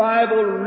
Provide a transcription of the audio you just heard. Bible